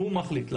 הוא מחליט.